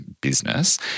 business